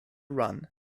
run